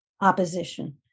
opposition